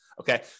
Okay